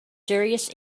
serious